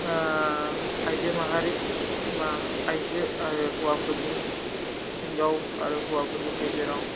आयजो माहारि बा आयजो आरो हौवाफोरनि हिनजाव आरो हौवाफोरनि गेजेराव